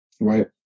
Right